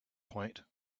point